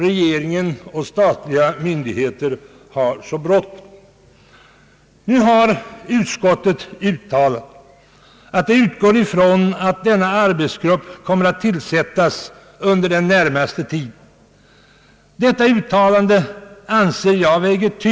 Regeringen och statliga myndigheter har inte alltid så bråttom. Utskottsmajoriteten har uttalat att den utgår från att denna arbetsgrupp kommer att tillsättas under den närmaste tiden.